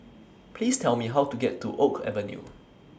Please Tell Me How to get to Oak Avenue